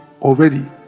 already